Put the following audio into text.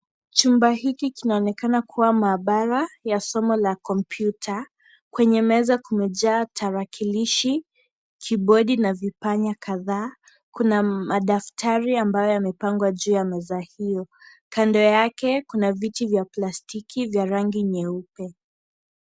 Chumba hiki kinaonekana kuwa mahabara ya somo la kompyuta, kwenye meza kumejaa tarakilishi, kibodi, na vipanya kadhaa, kuna madaftari ambayo yamepangwa juu ya meza hiyo, kando yake kuna viti vya plastiki vya rangi nyeupe.